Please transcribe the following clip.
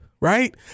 right